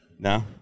No